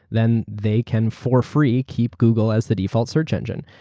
then they can for free keep google as the default search engine.